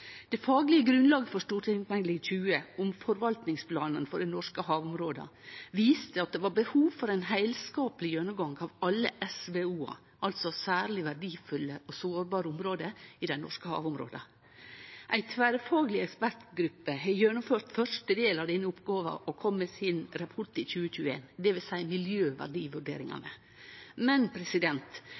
Det faglege grunnlaget for Meld. St. 20 for 2019–2020, om forvaltningsplanane for dei norske havområda, viste at det var behov for ein heilskapleg gjennomgang av alle SVO-ar, altså særleg verdifulle og sårbare område, i dei norske havområda. Ei tverrfagleg ekspertgruppe har gjennomført første del av denne oppgåva og kom med sin rapport i 2021, dvs. miljøverdivurderingane. Men